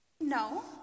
No